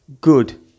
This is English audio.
good